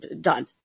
done